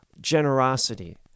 generosity